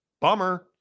Bummer